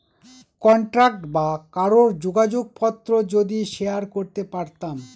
contact বা কারোর যোগাযোগ পত্র যদি শেয়ার করতে পারতাম